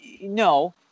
No